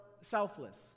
selfless